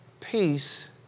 Peace